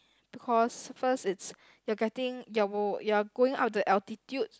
because first it's you are getting you're you are going up the altitude